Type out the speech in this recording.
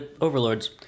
overlords